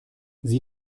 sieh